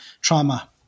trauma